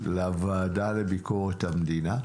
לוועדה לביקורת המדינה.